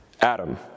Adam